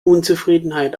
unzufriedenheit